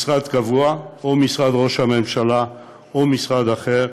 לקבוע משרד קבוע, או משרד ראש הממשלה או משרד אחר,